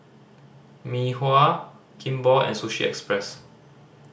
Mei Hua Kimball and Sushi Express